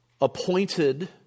appointed